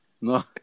No